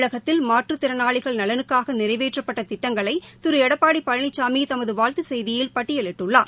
தமிழகத்தில் மாற்றுத்திறனாளிகள் நலனுக்காக நிறைவேற்றப்பட்ட திட்டங்களை திரு எடப்பாடி பழனிசாமி தமது வாழ்த்துச் செய்தியில் பட்டியலிட்டுள்ளார்